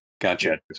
gotcha